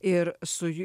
ir su